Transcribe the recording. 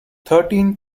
thirteen